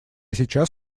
сейчас